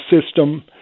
system